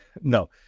No